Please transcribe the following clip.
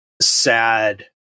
sad